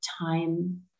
time